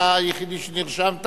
אתה היחידי שנרשמת.